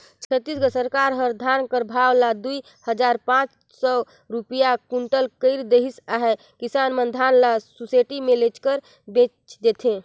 छत्तीसगढ़ सरकार ह धान कर भाव ल दुई हजार पाच सव रूपिया कुटल कइर देहिस अहे किसान मन धान ल सुसइटी मे लेइजके बेच देथे